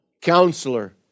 Counselor